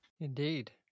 Indeed